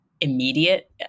immediate